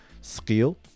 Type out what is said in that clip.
skill